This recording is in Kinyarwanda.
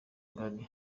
ngari